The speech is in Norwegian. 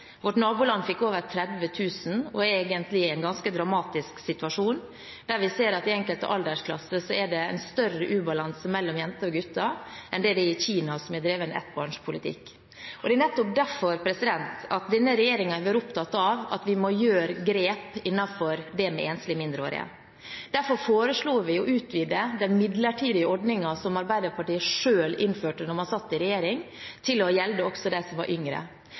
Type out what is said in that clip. Vårt naboland fikk over 30 000 og er egentlig i en ganske dramatisk situasjon, der vi ser at i enkelte aldersklasser er det en større ubalanse mellom jenter og gutter enn det er i Kina, som har drevet en ettbarnspolitikk. Det er nettopp derfor denne regjeringen har vært opptatt av at vi må ta grep overfor enslige mindreårige. Derfor foreslo vi å utvide den midlertidige ordningen som Arbeiderpartiet selv innførte da de satt i regjering, til å gjelde også dem som er yngre. Hvis det